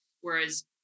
whereas